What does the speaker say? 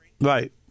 Right